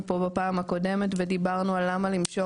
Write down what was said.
פה בפעם הקודמת ודיברנו על למה למשוך.